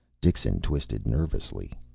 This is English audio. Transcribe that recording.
dixon twisted nervously.